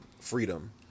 freedom